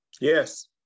Yes